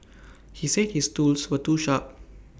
he said his tools were too sharp